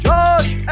Josh